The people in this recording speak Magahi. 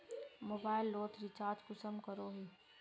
मोबाईल लोत रिचार्ज कुंसम करोही?